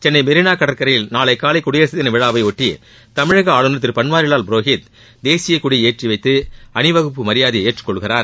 சென்னை மெரீனா கடற்கரையில் நாளை காலை குடியரசு தின விழாவை ஒட்டி தமிழக ஆளுநர் திரு பன்வாரிவால் புரோஹித் தேசிய கொடியை ஏற்றி அணிவகுப்பு மரியாதையை ஏற்றுக் கொள்கிறார்